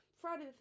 Friday